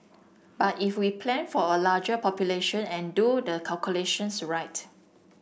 but if we plan for a larger population and do the calculations right